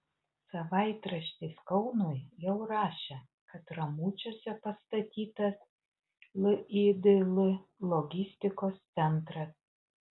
savaitraštis kaunui jau rašė kad ramučiuose pastatytas lidl logistikos centras